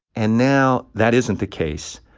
and now that isn't the case,